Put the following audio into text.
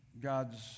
God's